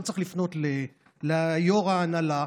לא צריך לפנות ליו"ר ההנהלה.